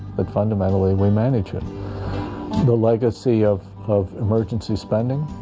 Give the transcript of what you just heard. but fundamentally we manage it the legacy of of emergency spending